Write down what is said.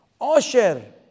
osher